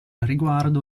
riguardo